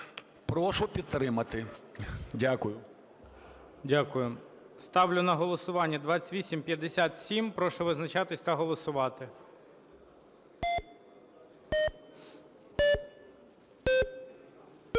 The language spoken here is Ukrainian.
Прошу підтримати. Дякую. ГОЛОВУЮЧИЙ. Дякую. Ставлю на голосування 2857. Прошу визначатись та голосувати.